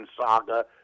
saga